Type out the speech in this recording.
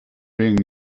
being